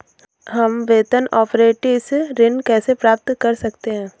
हम वेतन अपरेंटिस ऋण कैसे प्राप्त कर सकते हैं?